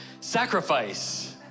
sacrifice